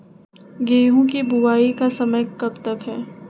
गेंहू की बुवाई का समय कब तक है?